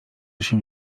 się